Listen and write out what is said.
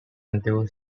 until